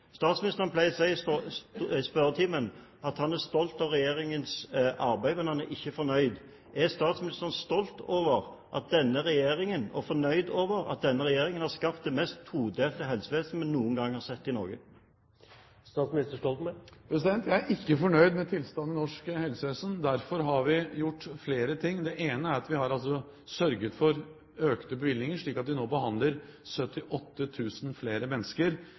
Statsministeren pleier å si i spørretimen at han er stolt av regjeringens arbeid, men han er ikke fornøyd. Er statsministeren stolt av og fornøyd med at denne regjeringen har skapt det mest todelte helsevesen vi noen gang har sett i Norge? Jeg er ikke fornøyd med tilstanden i norsk helsevesen. Derfor har vi gjort flere ting. Det ene er at vi har sørget for økte bevilgninger, slik at vi nå behandler 78 000 flere mennesker